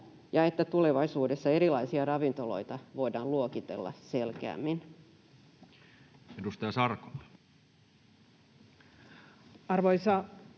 ja että tulevaisuudessa erilaisia ravintoloita voidaan luokitella selkeämmin.